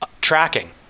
tracking